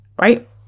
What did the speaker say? right